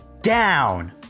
Down